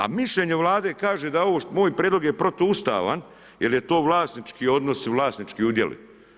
A mišljenje vlade kaže da moj prijedlog je protuustavan jer je to vlasnički odnos, vlasnički udjeli.